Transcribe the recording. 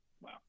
Wow